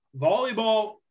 volleyball